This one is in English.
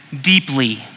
deeply